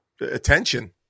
attention